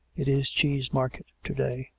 it is cheese-market to-day.